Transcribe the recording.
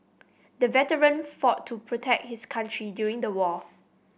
the veteran fought to protect his country during the war